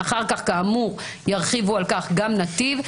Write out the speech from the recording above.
אחר כך כאמור ירחיבו על כך גם נתיב,